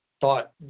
thought